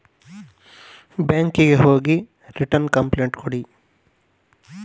By ಮಿಸ್ಟೇಕಾಗಿ ನನ್ನ account ನಿಂದ ಬೇರೆಯವರ ಅಕೌಂಟ್ ಗೆ ಹಣ ಹೋಗಿದೆ ಅದನ್ನು ವಾಪಸ್ ಪಡಿಲಿಕ್ಕೆ ಎಂತ ಮಾಡಬೇಕು?